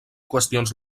qüestions